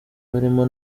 barimo